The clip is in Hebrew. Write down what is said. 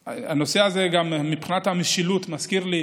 והנושא הזה, גם מבחינת המשילות, מזכיר לי